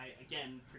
again